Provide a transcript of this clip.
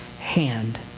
hand